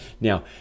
Now